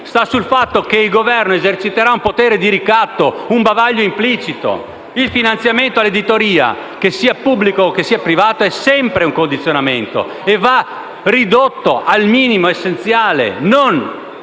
e nel fatto che il Governo eserciterà un potere di ricatto, un bavaglio implicito. Il finanziamento all'editoria, che sia pubblico o che sia privato, è sempre un condizionamento e va ridotto al minimo essenziale, non